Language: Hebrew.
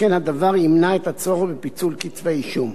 שכן הדבר ימנע את הצורך בפיצול כתבי-אישום.